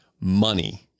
money